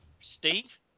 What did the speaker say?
Steve